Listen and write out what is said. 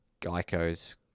Geico's